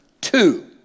Two